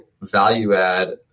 value-add